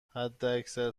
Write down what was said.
حداکثر